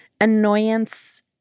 annoyance